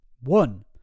one